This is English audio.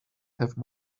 have